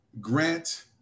Grant